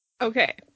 Okay